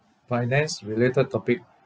finance related topic